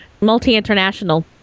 multi-international